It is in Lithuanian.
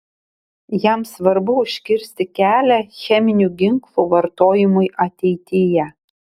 jam svarbu užkirsti kelią cheminių ginklų vartojimui ateityje